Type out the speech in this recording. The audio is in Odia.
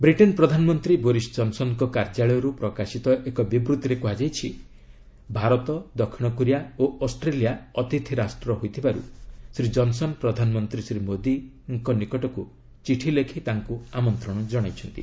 ବ୍ରିଟେନ୍ ପ୍ରଧାନମନ୍ତ୍ରୀ ବୋରିସ୍ କନ୍ସନ୍ଙ୍କ କାର୍ଯ୍ୟାଳୟର୍ ପ୍ରକାଶିତ ଏକ ବିବୃଭିରେ କୁହାଯାଇଛି ଭାରତ ଦକ୍ଷିଣ କୋରିଆ ଓ ଅଷ୍ଟ୍ରେଲିଆ ଅତିଥି ରାଷ୍ଟ ଥିବାରୁ ଶ୍ରୀ ଜନ୍ସନ୍ ପ୍ରଧାନମନ୍ତ୍ରୀ ଶ୍ରୀ ମୋଦିଙ୍କ ଚିଠି ଲେଖି ଆମନ୍ତ୍ରଣ ଜଣାଇଛନ୍ତି